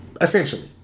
essentially